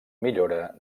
millora